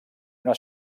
una